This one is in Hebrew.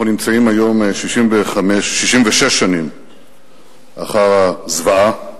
אנחנו נמצאים היום 66 שנים אחר הזוועה,